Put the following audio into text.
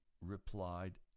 replied